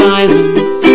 Silence